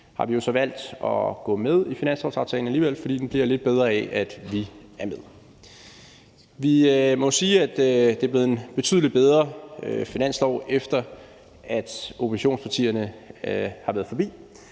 partier, valgt at gå med i finanslovsaftalen alligevel, fordi den bliver lidt bedre af, at vi er med. Vi må jo sige, at det er blevet en betydelig bedre finanslov, efter at oppositionspartierne har været forbi.